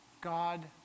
God